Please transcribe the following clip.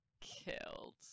killed